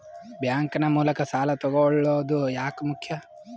Bank ನ ಮೂಲಕ ಸಾಲ ತಗೊಳ್ಳೋದು ಯಾಕ ಮುಖ್ಯ?